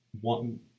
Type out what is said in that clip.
one